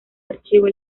archivo